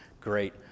great